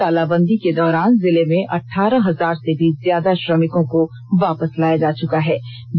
संपूर्ण तालाबंदी के दौरान जिले में अठारह हजार से भी ज्यादा श्रमिकों को वापस लाया जा चुका है